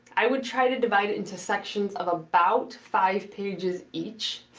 i would try to divide it into sections of about five pages each.